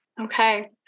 Okay